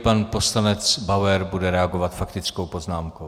Pan poslanec Bauer bude reagovat faktickou poznámkou.